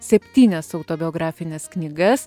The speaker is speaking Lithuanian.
septynias autobiografines knygas